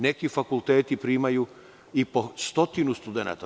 Neki fakulteti primaju i po 100 studenata.